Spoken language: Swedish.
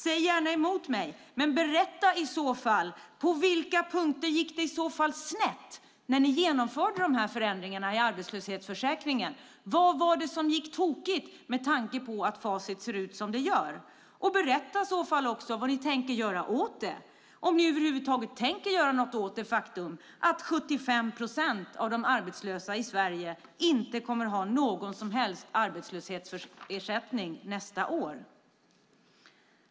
Säg gärna emot mig, men berätta i så fall på vilka punkter det gick snett när ni genomförde de här förändringarna i arbetslöshetsförsäkringen! Vad var det som gick tokigt med tanke på att facit ser ut som det gör? Och berätta i så fall också vad ni tänker göra åt det och om ni över huvud taget tänker göra något åt det faktum att 75 procent av de arbetslösa i Sverige inte kommer att ha någon som helst arbetslöshetsersättning nästa år!